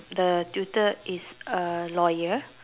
the tutor is a lawyer